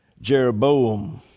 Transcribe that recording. Jeroboam